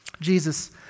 Jesus